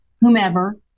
whomever